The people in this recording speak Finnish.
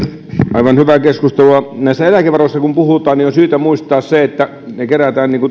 aivan hyvää keskustelua eläkevaroista kun puhutaan niin on syytä muistaa se että niitä kerätään